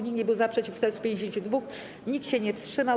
Nikt nie był za, przeciw - 452, nikt się nie wstrzymał.